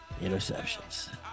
interceptions